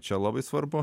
čia labai svarbu